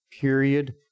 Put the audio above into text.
period